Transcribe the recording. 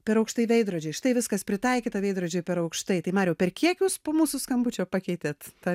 per aukštai veidrodžiai štai viskas pritaikyta veidrodžiai per aukštai tai marių per kiek jūs po mūsų skambučio pakeitėt tą